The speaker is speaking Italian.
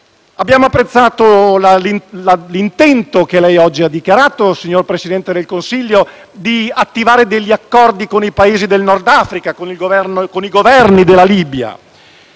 Abbiamo apprezzato l'intento che lei oggi ha dichiarato, signor Presidente del Consiglio, di attivare degli accordi con i Paesi del Nord Africa, con i Governi della Libia.